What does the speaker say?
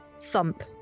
thump